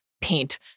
paint